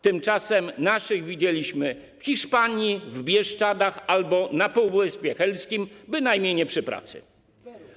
Tymczasem naszych widzieliśmy w Hiszpanii, w Bieszczadach albo na Półwyspie Helskim, bynajmniej nie przy pracy.